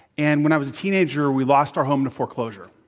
and when i was a teenager, we lost our home to foreclosure.